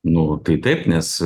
nu tai taip nes